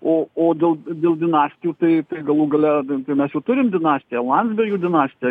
o o dėl dėl dinastijų tai tai galų gale tai tai mes jau turim dinastiją landsbergių dinastiją